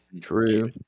True